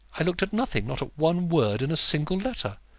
i looked at nothing not at one word in a single letter.